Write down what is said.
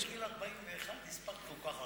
איך את בגיל 41 הספקת כל כך הרבה?